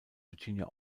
virginia